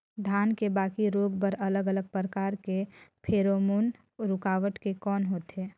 धान के बाकी रोग बर अलग अलग प्रकार के फेरोमोन रूकावट के कौन होथे?